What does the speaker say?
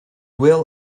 will